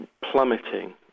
plummeting